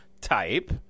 type